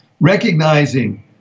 recognizing